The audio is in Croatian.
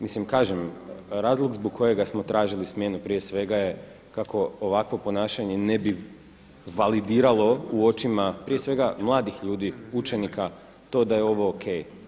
Mislim, kažem, razlog zbog kojega smo tražili smjenu, prije svega je kako ovakvo ponašanje ne bi validiralo u očima prije svega mladih ljudi, učenika to da je ovo OK.